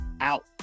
out